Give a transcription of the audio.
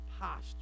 posture